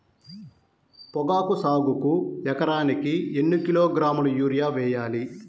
పొగాకు సాగుకు ఎకరానికి ఎన్ని కిలోగ్రాముల యూరియా వేయాలి?